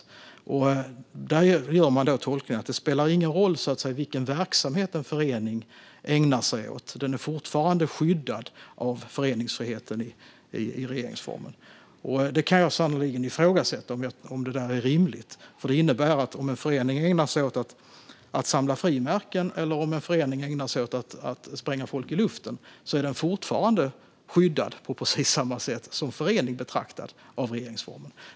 Lagrådet gör tolkningen att det inte spelar någon roll vilken verksamhet en förening ägnar sig åt; den är fortfarande skyddad av föreningsfriheten i regeringsformen. Jag kan sannerligen ifrågasätta om det är rimligt, för det innebär att oavsett om en förening ägnar sig åt att samla frimärken eller åt att spränga folk i luften är den fortfarande skyddad i regeringsformen på precis samma sätt som förening betraktad.